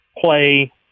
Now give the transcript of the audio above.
play